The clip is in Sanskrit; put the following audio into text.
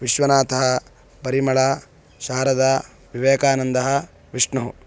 विश्वनाथः परिमळ शारदा विवेकानन्दः विष्णुः